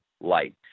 light